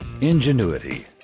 Ingenuity